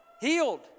healed